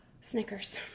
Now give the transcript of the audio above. Snickers